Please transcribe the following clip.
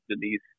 Denise